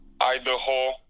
Idaho